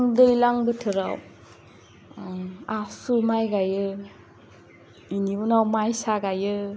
जों दैलां बोथोराव ओम आसु माय गायो इनि उनाव माइसा गायो